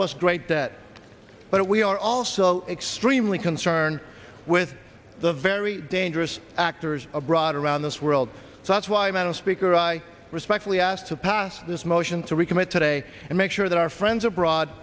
us great debt but we are also extremely concerned with the very dangerous actors abroad around this world so that's why man a speaker i respectfully asked to pass this motion to recommit today and make sure that our friends abroad